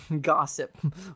Gossip